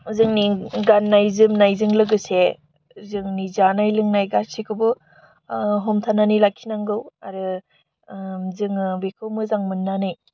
जोंनि गान्नाय जोमनायजों लोगोसे जोंनि जानाय लोंनाय गासिखौबो हमथानानै लाखिनांगौ आरो जोङो बेखौ मोजां मोन्नानै